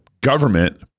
government